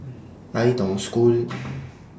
Ai Tong School